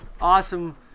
Awesome